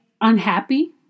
unhappy